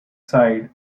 side